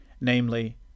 namely